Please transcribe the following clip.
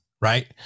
right